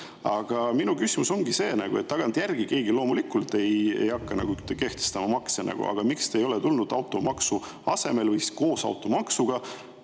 Aga minu küsimus on see. Tagantjärele keegi loomulikult ei hakka makse kehtestama, aga miks te ei ole tulnud automaksu asemel või koos automaksuga